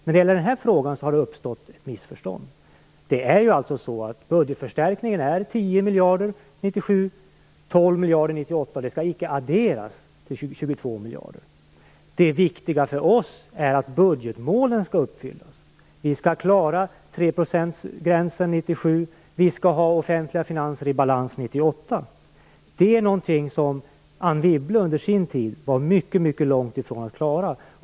Det har uppstått ett missförstånd i den här frågan. Det är alltså så att budgetförstärkningen är 10 miljarder 1997 och 12 miljarder 1998. Det skall icke adderas till 22 miljarder. Det viktiga för oss är att budgetmålen skall uppfyllas. Vi skall klara 3 procentsgränsen 1997, och vi skall ha offentliga finanser i balans 1998. Det är någonting som Anne Wibble under sin tid var mycket långt ifrån att klara.